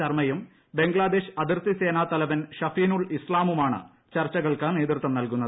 ശർമ്മയും ബംഗ്ലാദേശ് അതിർത്തി സേനാതലവൻ ഷഫീനുൾ ഇസ്കാമുമാണ് ചർച്ചകൾക്ക് നേതൃത്വം നലകുന്നത്